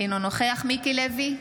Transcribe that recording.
אינו נוכח מיקי לוי,